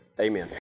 Amen